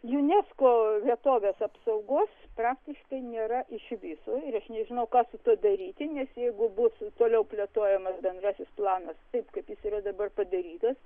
unesco vietovės apsaugos praktiškai nėra iš viso nežinau ką su tuo daryti nes jeigu bus toliau plėtojamas bendrasis planas taip kaip jis yra dabar padarytas